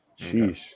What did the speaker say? Jeez